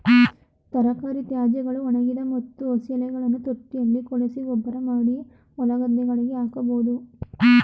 ತರಕಾರಿ ತ್ಯಾಜ್ಯಗಳು, ಒಣಗಿದ ಮತ್ತು ಹಸಿ ಎಲೆಗಳನ್ನು ತೊಟ್ಟಿಯಲ್ಲಿ ಕೊಳೆಸಿ ಗೊಬ್ಬರಮಾಡಿ ಹೊಲಗದ್ದೆಗಳಿಗೆ ಹಾಕಬೋದು